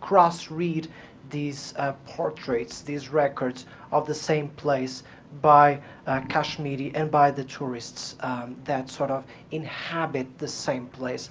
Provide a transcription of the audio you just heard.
cross-read these portraits, these records the same place by kashmiri, and by the tourists that sort of inhabit the same place?